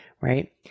right